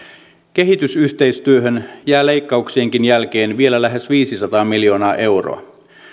kehitysyhteistyöhön jää leikkauksienkin jälkeen vielä lähes viisisataa miljoonaa euroa